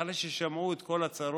אחרי ששמעו את כל הצרות,